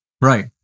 Right